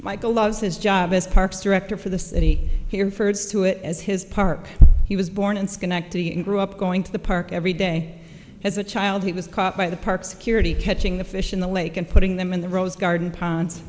michael loves his job as parks director for the city here ferd's to it as his park he was born in schenectady and grew up going to the park every day as a child he was caught by the park security catching the fish in the lake and putting them in the rose garden pon